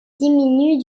diminue